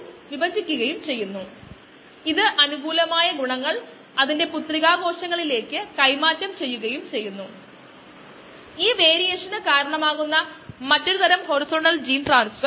അതിനാൽ നമുക്ക് ഇത് ഇവിടെ നോക്കാൻ തുടങ്ങാം അവിടെ ഇതിന് കുറച്ച് ആപ്ലിക്കേഷൻ ഉണ്ട് തുടർന്ന് തുടർച്ചയായ കേസിനായി അത് എടുക്കുന്നതും കുറച്ച് എളുപ്പമാകും